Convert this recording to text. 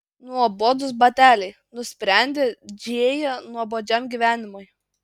nuobodūs bateliai nusprendė džėja nuobodžiam gyvenimui